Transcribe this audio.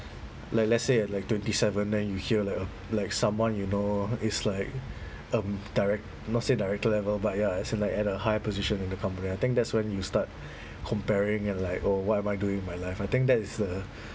like let's say at like twenty seven then you hear like uh like someone you know is like um direct not say director level but ya as in like at a higher position in the company I think that's when you start comparing it like oh why am I doing my life I think that is a